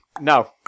No